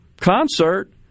concert